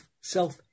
self